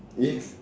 yes